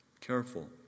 Careful